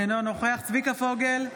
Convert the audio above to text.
אינו נוכח צביקה פוגל,